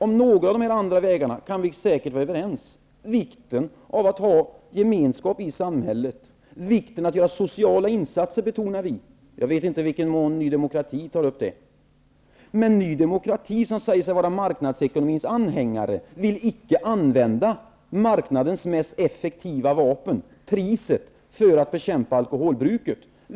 Om några av dessa andra vägar kan vi säkert vara överens, t.ex. om vikten av att ha gemenskap i samhället. Vi betonar vikten av sociala insatser. Jag vet inte i vilken mån Ny demokrati tar upp det. Ny demokrati, som säger sig vara marknadsekonomins anhängare, vill emellertid icke använda marknadens mest effektiva vapen, priset, för att bekämpa alkoholbruket.